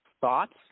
thoughts